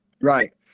right